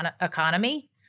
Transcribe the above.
economy